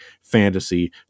fantasy